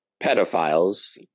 pedophiles